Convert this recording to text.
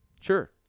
sure